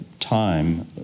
time